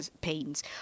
pains